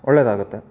ಒಳ್ಳೆದಾಗುತ್ತೆ